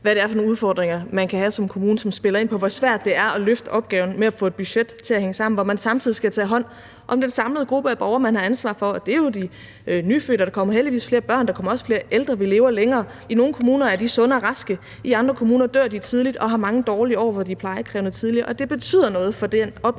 hvad det er for nogle udfordringer, man kan have som kommune, og som spiller ind på, hvor svært det er at løfte opgaven med at få et budget til at hænge sammen, når man samtidig skal tage hånd om den samlede gruppe af borgere, man har ansvar for – det er jo de nyfødte, for der kommer heldigvis flere børn, og der kommer også flere ældre, for vi lever længere. I nogle kommuner er de sunde og raske, mens de i andre kommuner dør tidligt og har mange dårlige år, hvor de tidligt er plejekrævende, og det betyder noget for den opgave,